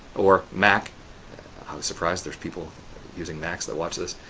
or mac. i was surprised there are people using macs that watch this.